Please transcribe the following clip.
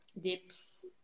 dips